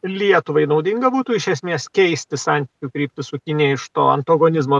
lietuvai naudinga būtų iš esmės keisti santykių kryptis su kinija iš to antagonizmo